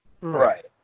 Right